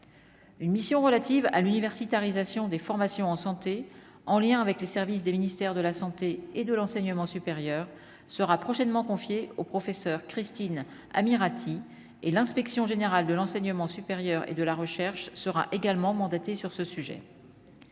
une mission relative à l'université Ariza Sion des formations en santé, en lien avec les services du ministère de la Santé et de l'enseignement supérieur sera prochainement confiée au professeur Christine Amirati et l'inspection générale de l'enseignement supérieur et de la recherche sera également mandaté sur ce sujet.